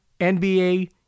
NBA